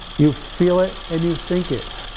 you feel it, and you think it.